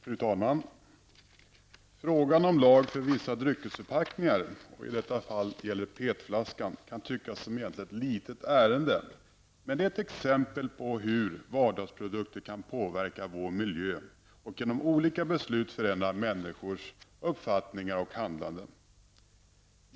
Fru talman! Frågan om lag för vissa dryckesförpackningar, i detta fall den s.k. PET flaskan, kan tyckas som ett litet ärende. Men det är ett exempel på hur vardagsprodukter kan påverka vår miljö och genom olika beslut förändra människors uppfattningar och handlande.